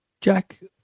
Jack